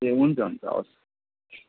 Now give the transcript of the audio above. ए हुन्छ हुन्छ हवस्